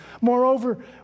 Moreover